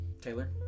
Taylor